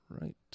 right